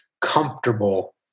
comfortable